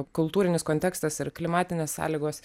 kultūrinis kontekstas ir klimatinės sąlygos